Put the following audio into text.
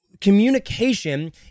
communication